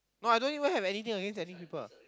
no I don't even anything I didn't telling people